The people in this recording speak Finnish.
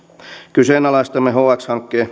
kyseenalaistamme hx hankkeen